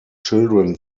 children